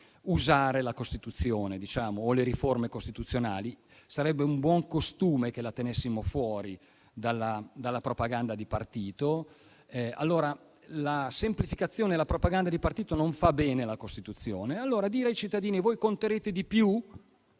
usare la Costituzione o le riforme costituzionali; sarebbe un buon costume che la tenessimo fuori dalla propaganda di partito. La semplificazione e la propaganda di partito non fanno bene alla Costituzione. Allora dire ai cittadini che conteranno di più